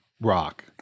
rock